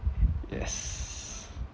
yes